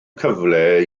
cyfle